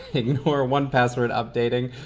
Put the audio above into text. ignore one password updating,